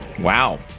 Wow